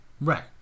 Right